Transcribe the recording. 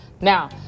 Now